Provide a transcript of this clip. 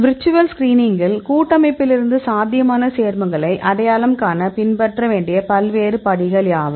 virtual ஸ்கிரீனிங்கில் கூட்டமைப்பிலிருந்து சாத்தியமான சேர்மங்களை அடையாளம் காண பின்பற்ற வேண்டிய பல்வேறு படிகள் யாவை